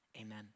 amen